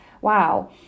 wow